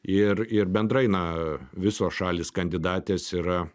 ir ir bendrai na visos šalys kandidatės yra